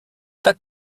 dat